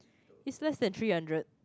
it is less than three hundred